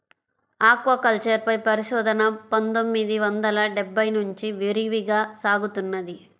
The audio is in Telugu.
ఆక్వాకల్చర్ పై పరిశోధన పందొమ్మిది వందల డెబ్బై నుంచి విరివిగా సాగుతున్నది